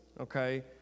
okay